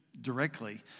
Directly